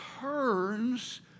turns